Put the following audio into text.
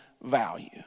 value